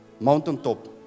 Mountaintop